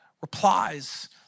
replies